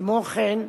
כמו כן,